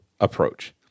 approach